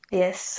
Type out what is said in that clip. yes